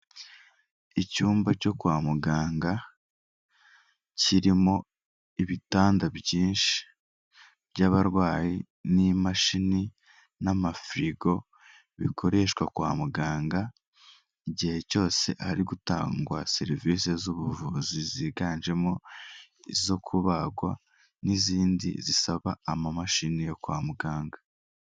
Icyumba cyo kwa muganga, kirimo ibitanda byinshi by'abarwayi, n'imashini, n'amafirigo, bikoreshwa kwa muganga, igihe cyose hari gutangwa serivisi z'ubuvuzi ziganjemo izo kubagwa, n'izindi zisaba amamashini yo kwa muganga.